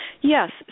Yes